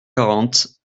quarante